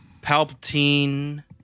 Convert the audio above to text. Palpatine